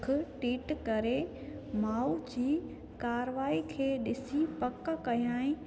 अखि टीट करे माउ जी कारवाई खे ॾिसी पक कयाई